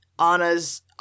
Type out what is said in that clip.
Anna's